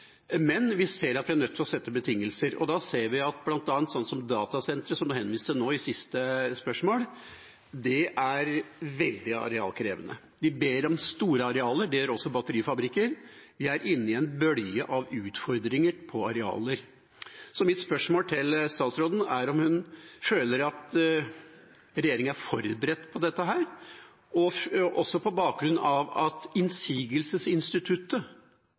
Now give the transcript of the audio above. men vi ser at vi er nødt til å sette betingelser, og da ser vi at bl.a. datasenteret som det var henvist til i forrige spørsmål fra Pollestad, er veldig arealkrevende. De ber om store arealer. Det gjør også batterifabrikker. Vi er inne i en bølge av utfordringer på arealer. Så mitt spørsmål til statsråden er om hun føler at regjeringa er forberedt på dette, også på bakgrunn av at innsigelsesinstituttet